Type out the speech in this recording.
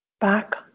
back